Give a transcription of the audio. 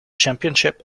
championships